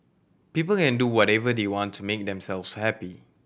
people can do whatever they want to make themselves happy